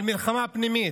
אבל זו מלחמה פנימית,